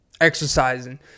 exercising